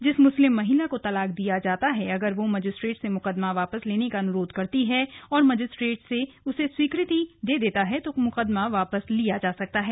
जिस मुस्लिम महिला को तलाक दिया जाता है अगर वह मजिस्ट्रेट से मुकदमा वापस लेने का अनुरोध करती है और मजिस्ट्रेट उसे स्वीकृति दे देता है तो मुकदमा वापस लिया जा सकता है